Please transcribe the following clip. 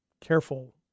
careful